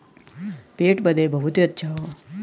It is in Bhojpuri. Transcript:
पेट बदे बहुते अच्छा हौ